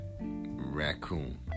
Raccoon